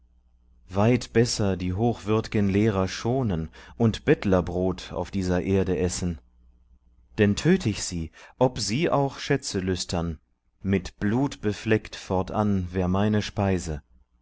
weit besser die hochwürd'gen lehrer schonen und bettlerbrot auf dieser erde essen denn töt ich sie ob sie auch schätzelüstern mit blut befleckt fortan wär meine speise